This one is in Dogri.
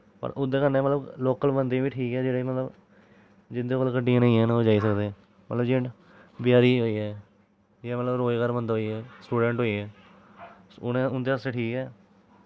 ओह्दे कन्नै मतलव लोकल बंदे बी ठीक ऐ मतलव जिंदे कोल गड्डियां निं हैन ओह् जाई सकदे मतलव जियां बिहारी होईये जियां मतलव रोजगार बंदा होईया स्टूडैंट होईये उनें उंदे आस्तै ठीक ऐ